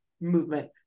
movement